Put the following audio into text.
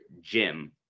Jim